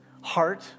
heart